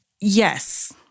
Yes